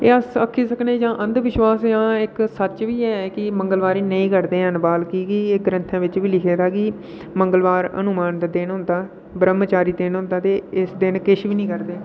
एह् अस आक्खी सकने एह् इक्क अंधनिश्वास जां इक्क सच्च बी ऐ की मंगलवारें नेईं कटदे है'न बाल कि एह् ग्रंथें बिच बी लिखे दा मंगलवार हनुमान दा दिन होंदा ब्रहमचारी दिन होंदा इस दिन किश बी नेईं करदे